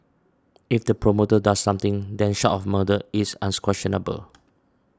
if the promoter does something then short of murder it's unquestionable